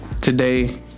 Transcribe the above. Today